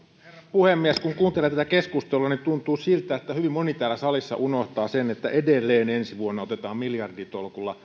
puhemies kun kuuntelee tätä keskustelua niin tuntuu siltä että hyvin moni täällä salissa unohtaa sen että edelleen ensi vuonna otetaan miljarditolkulla